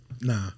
Nah